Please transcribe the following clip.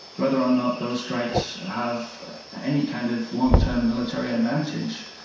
whether or not those strikes have any kind of long-term military advantage.